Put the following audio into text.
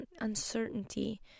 uncertainty